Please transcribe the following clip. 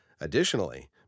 Additionally